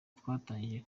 twatangije